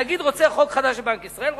הנגיד רוצה חוק חדש לבנק ישראל,